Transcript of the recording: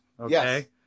Okay